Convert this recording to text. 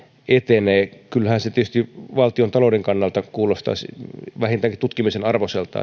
etenee kyllähän se tietysti valtiontalouden kannalta kuulostaisi vähintäänkin tutkimisen arvoiselta